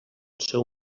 seu